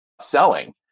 selling